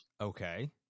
Okay